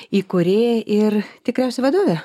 įkūrėja ir tikriausiai vadovė